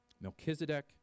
Melchizedek